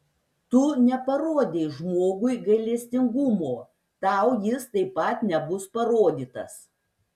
tu neparodei žmogui gailestingumo tau jis taip pat nebus parodytas